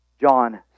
John